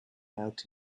out